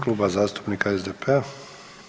Kluba zastupnika SDP-a.